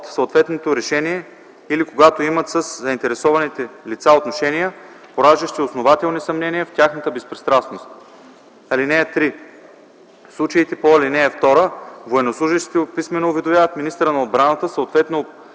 съответното решение или когато имат със заинтересованите лица отношения, пораждащи основателни съмнения в тяхната безпристрастност. (3) В случаите по ал. 2 военнослужещите писмено уведомяват министъра на отбраната, съответно